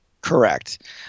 Correct